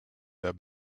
their